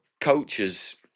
coaches